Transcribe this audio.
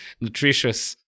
nutritious